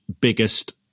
biggest